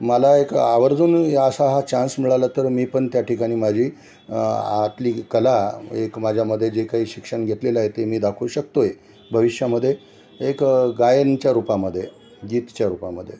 मला एक आवर्जून असा हा चान्स मिळाला तर मी पण त्या ठिकाणी माझी आतली कला एक माझ्यामध्ये जे काही शिक्षण घेतलेलं आहे ते मी दाखवू शकतो आहे भविष्यामध्ये एक गायनच्या रूपामध्ये गीतच्या रूपामध्ये